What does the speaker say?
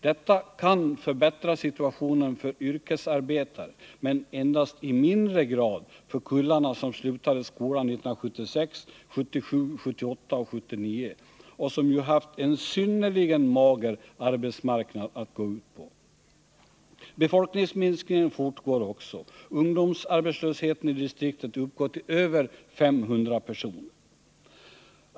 Detta kan förbättra situationen för yrkesarbetare, men endast i mindre grad för kullarna som slutade skolan 1976, 1977, 1978 och 1979 och som ju haft en synnerligen mager arbetsmarknad att gå ut på. Befolkningsminsk ningen fortgår också. Ungdomsarbetslösheten i distriktet uppgår till över 500 personer.